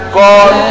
god